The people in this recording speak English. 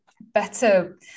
better